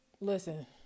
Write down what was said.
listen